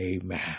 Amen